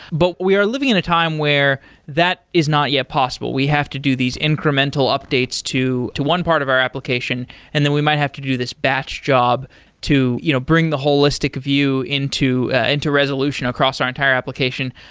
but we are living in a time where that is not yet possible. we have to do these incremental updates to to one part of our application and then we might have to do this batch job to you know bring the holistic view into ah into resolution across our entire application.